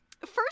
First